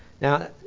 Now